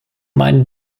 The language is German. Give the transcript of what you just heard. meinen